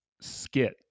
skit